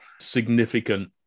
significant